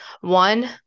one